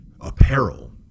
apparel